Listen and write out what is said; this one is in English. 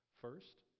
First